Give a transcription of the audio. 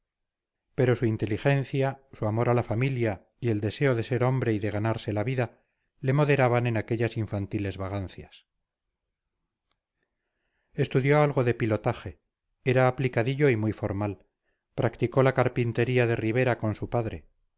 pero su inteligencia su amor a la familia y el deseo de ser hombre y de ganarse la vida le moderaban en aquellas infantiles vagancias estudió algo de pilotaje era aplicadillo y muy formal practicó la carpintería de ribera con su padre